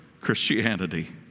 Christianity